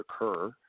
occur